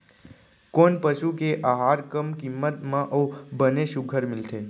कोन पसु के आहार कम किम्मत म अऊ बने सुघ्घर मिलथे?